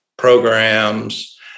programs